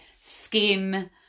skin